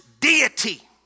deity